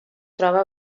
troba